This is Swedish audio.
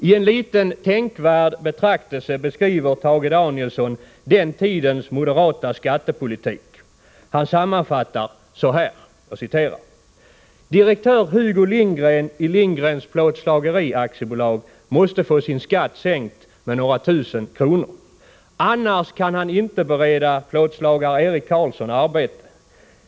I en liten tänkvärd betraktelse beskriver Tage Danielsson den tidens moderata skattepolitik. Han sammanfattar så här: ”Direktör Hugo Lindgren i Lindgrens Plåtslageri AB måste få sin skatt sänkt med några tusen kronor. Annars kan han inte bereda plåtslagare Erik Karlsson arbete.